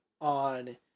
on